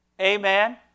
Amen